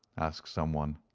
asked someone.